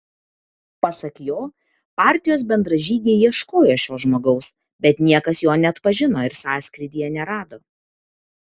pasak jo partijos bendražygiai ieškojo šio žmogaus bet niekas jo neatpažino ir sąskrydyje nerado